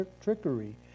trickery